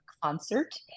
concert